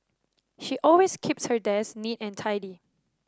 she always keeps her desk neat and tidy